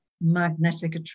magnetic